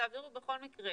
תעבירו בכל מקרה